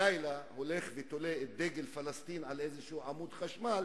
בלילה ותולה את דגל פלסטין על עמוד חשמל,